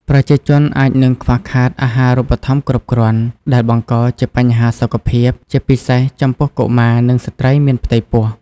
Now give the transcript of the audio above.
ប្រជាជនអាចនឹងខ្វះខាតអាហាររូបត្ថម្ភគ្រប់គ្រាន់ ដែលបង្កជាបញ្ហាសុខភាព ជាពិសេសចំពោះកុមារ និងស្ត្រីមានផ្ទៃពោះ។